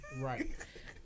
Right